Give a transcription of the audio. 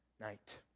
night